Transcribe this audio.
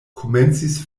komencis